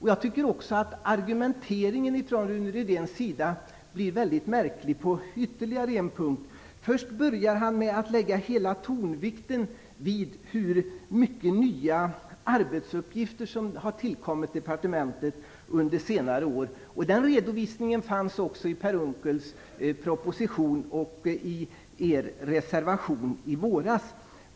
Jag tycker också att argumenteringen från Rune Rydéns sida blir väldigt märklig på ytterligare en punkt. Han börjar med att lägga hela tonvikten vid hur många nya arbetsuppgifter som har tillkommit departementet under senare år. Den redovisningen fanns också i Per Unckels proposition och i er reservation i våras.